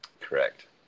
Correct